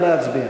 להצביע.